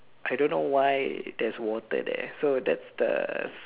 I don't know why there's water there so that's the